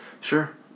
Sure